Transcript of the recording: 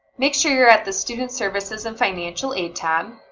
make sure you're at the student services and financial aid tab,